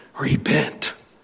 Repent